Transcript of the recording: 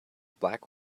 black